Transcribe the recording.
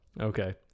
Okay